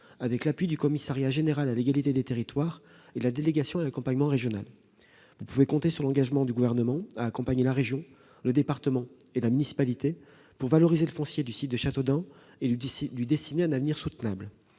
avec l'appui du Commissariat général à l'égalité des territoires et la délégation à l'accompagnement régional. Vous pouvez compter sur l'engagement du Gouvernement pour accompagner la région, le département et la municipalité, afin de valoriser le foncier du site de Châteaudun et lui dessiner un avenir soutenable.